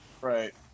Right